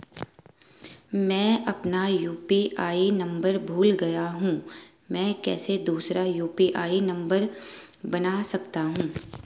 मैं अपना UPI number भूल गया हूँ मैं कैसे दूसरा यु.पी.आई नम्बर बना सकता हूँ?